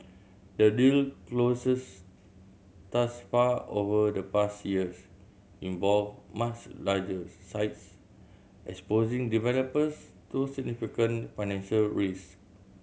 the deal closes thus far over the past years involved much larger sites exposing developers to significant financial risk